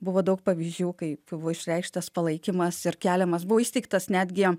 buvo daug pavyzdžių kaip buvo išreikštas palaikymas ir keliamas buvo įsteigtas netgi